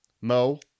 mo